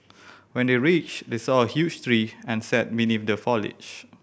when they reached they saw a huge tree and sat beneath the foliage